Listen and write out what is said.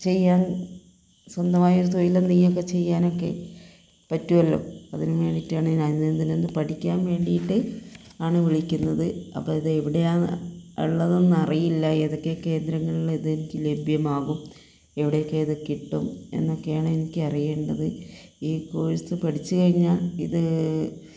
ചെയ്യാൻ സ്വന്തമായ ഒരു തൊഴിൽ എന്തെങ്കിലും ഒക്കെ ചെയ്യാനൊക്കെ പറ്റുമല്ലോ അതിന് വേണ്ടിയിട്ടാണ് ഞാൻ ഇതിൽനിന്ന് പഠിക്കാൻ വേണ്ടിയിട്ട് ആണ് വിളിക്കുന്നത് അപ്പം ഇത് എവിടെയാണ് ഉള്ളതെന്ന് അറിയില്ല ഏതൊക്കെ കേന്ദ്രങ്ങളിൽ ഇതെനിക്ക് ലഭ്യമാകും എവിടെയൊക്കെ ഇത് കിട്ടും എന്നൊക്കെയാണ് എനിക്കറിയേണ്ടത് ഈ കോഴ്സ് പഠിച്ച് കഴിഞ്ഞാൽ ഇത്